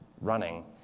running